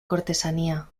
cortesanía